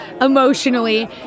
emotionally